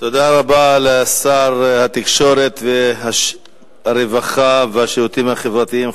תודה רבה לשר התקשורת והרווחה והשירותים החברתיים,